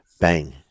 bang